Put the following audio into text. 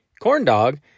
Corndog